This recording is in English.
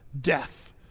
death